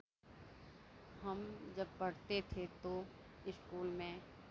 हम जब पढ़ते थे तो स्कूल में